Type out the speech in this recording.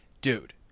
dude